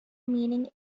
meaning